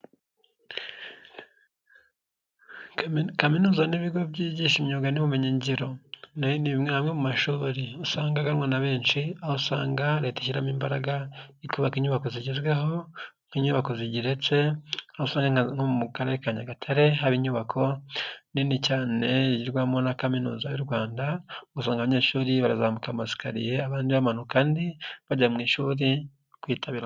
Kaminuza n'ibigo byigisha imyuga n'ubumenyingiro na'mwe mu mashuri usanga aganwa na benshi aho usanga leta ishyiramo imbaraga ikubaka inyubako zigezweho nk'inyubako zigeretse aho usanga nko mu karere ka nyagatare haba inyubako nini cyane yigirwamo na kaminuza y'u rwanda usanga abanyeshuri barazamuka amasikariye abandi bamanuka andi bajya mu ishuri kwitabira.